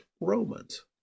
Romans